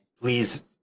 please